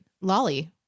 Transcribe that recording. Lolly